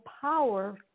power